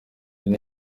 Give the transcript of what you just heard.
iri